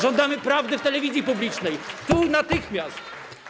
Żądamy prawdy w telewizji publicznej, tu, natychmiast.